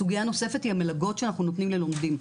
סוגיה נוספת היא המלגות שאנחנו נותנים ללומדים.